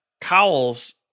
cowls